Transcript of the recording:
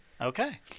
Okay